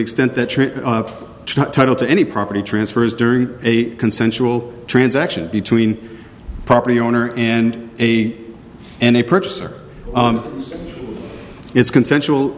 extent that the title to any property transfer is during a consensual transaction between a property owner and a and a purchaser it's consensual